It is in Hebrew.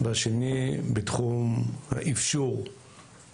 השני בתחום האיפשור,